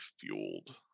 fueled